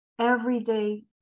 everyday